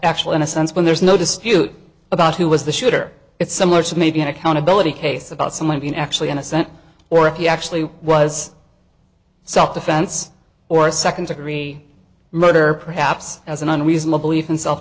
actual innocence when there's no dispute about who was the shooter it's similar to maybe an accountability case about someone being actually innocent or if he actually was self defense or second degree murder perhaps as an unreasonable even self